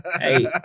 Hey